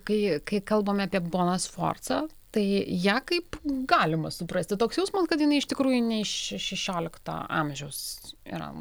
kai kai kalbame apie boną sforcą tai ją kaip galima suprasti toks jausmas kad jinai iš tikrųjų ne iš šešiolikto amžiaus yra